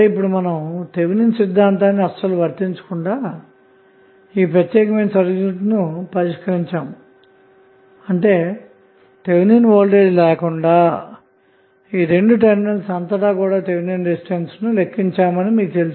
ఇప్పుడు థెవినిన్ సిద్ధాంతాన్ని వర్తించకుండా ఈ ప్రత్యేకమైన సర్క్యూట్ను పరిష్కరించాము అంటే థెవినిన్ వోల్టేజ్ లేకుండా ఈ రెండు టెర్మినల్స్ అంతటా థెవెనిన్ రెసిస్టెన్స్ ను లెక్కించామని మీకు తెలుసు